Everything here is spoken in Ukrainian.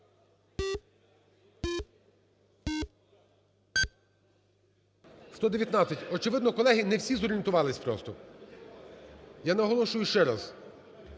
За-119 Очевидно, колеги, не всі зорієнтувалися просто. Я наголошую ще раз,